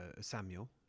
Samuel